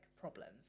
problems